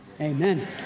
Amen